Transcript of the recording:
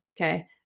Okay